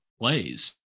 plays